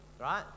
right